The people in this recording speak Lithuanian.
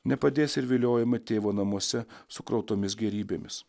nepadės ir viliojamai tėvo namuose sukrautomis gėrybėmis